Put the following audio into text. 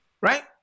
right